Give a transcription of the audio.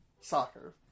soccer